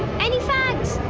any fags?